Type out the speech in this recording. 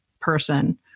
person